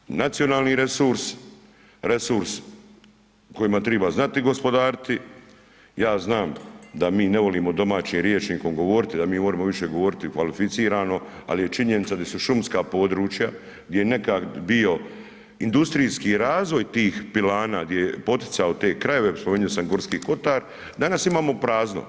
Šume su nacionalni resurs, resurs kojim treba znati gospodariti, ja znam da mi ne volimo domaćim rječnikom govoriti, da mi volim više govoriti kvalificirano ali je činjenica da su šumska područja, gdje je nekad bio industrijski razvoj tih pilana gdje je poticao te krajeve, spomenuo sa G. kotar, danas imamo prazno.